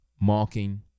mocking